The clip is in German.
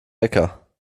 wecker